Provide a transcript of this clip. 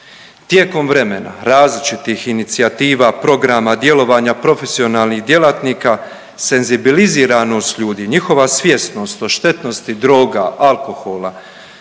Tijekom vremena različitih inicijativa, programa djelovanja, profesionalnih djelatnika senzibiliziranost ljudi, njihova svjesnost o štetnosti droga, alkohola,